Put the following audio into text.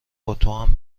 باتوم